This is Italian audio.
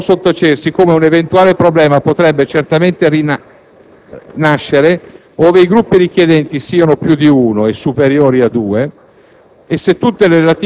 Detto ciò, non può sottacersi come un eventuale problema potrebbe certamente nascere ove i Gruppi richiedenti siano più di uno (e superiori a due)